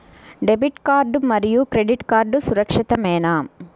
Debit card మరియు credit card సురక్షితమేనా?